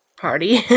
party